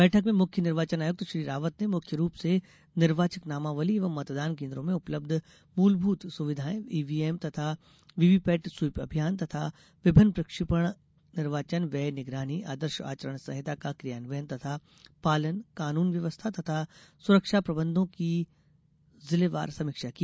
बैठक में मुख्य निर्वाचन आयुक्त श्री रावत ने मुख्य रूप से निर्वाचक नामावली एवं मतदान केन्द्रों में उपलब्ध मूलभूत सुविधाएं ईव्हीएम तथा व्ही व्ही पेट स्वीप अभियान तथा विभिन्न प्रशिक्षण निर्वाचन व्यय निगरानी आदर्श आचरण संहिता का क्रियान्वयन तथा पालन कानून व्यवस्था तथा सुरक्षा प्रबंधों की जिलेवार समीक्षा की